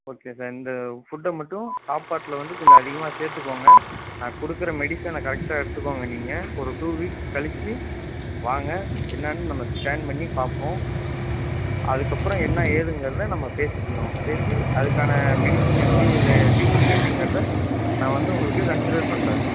okay sir இந்த ஃபுட்டை மட்டும் சாப்பாடில வந்து கொஞ்சம் அதிகமாக சேர்த்துக்கோங்க நான் கொடுக்கற மெடிசனை கரெக்ட்டாக எடுத்துக்கோங்க நீங்கள் ஒரு டூ வீக்ஸ் கழிச்சு வாங்க என்னான்னு நம்ம ஸ்கேன் பண்ணி பார்ப்போம் அதற்கப்பறோம் என்ன ஏதுங்கறதை நம்ம பேசிக்கிவோம் பேசி அதற்கான மெடிசன் எப்படி இல்லை டிரீட்மெண்ட் எப்படிங்கறத நான் வந்து உங்களுக்கு இது கன்ஸிடர் பண்ணுறேன்